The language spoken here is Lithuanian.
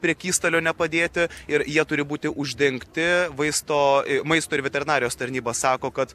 prekystalio nepadėti ir jie turi būti uždengti vaisto maisto ir veterinarijos tarnybos sako kad